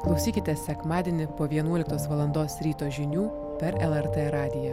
klausykitės sekmadienį po vienuoliktos valandos ryto žinių per lrt radiją